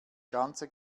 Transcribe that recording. ganze